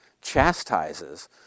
chastises